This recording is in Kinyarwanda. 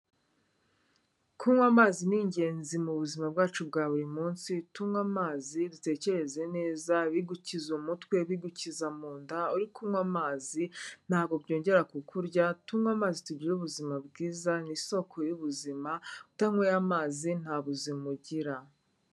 Kunywa amazi ni ingenzi mu buzima bwacu bwa buri munsi, tunywe amazi dutekereze neza, bigukiza umutwe, bigukiza mu nda, uri kunnywa amazi ntabwo byongera kukurya, tunywe amazi tugira ubuzima bwiza ni isoko y'ubuzima, utanyweye amazi nta buzima ugira.